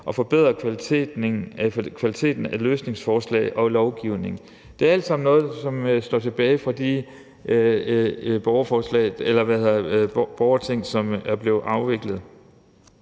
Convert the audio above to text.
og forbedrer kvaliteten af løsningsforslag og lovgivning. Det er alt sammen noget, som står tilbage fra de borgerting, som er blevet afviklet.